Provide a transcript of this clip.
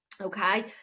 okay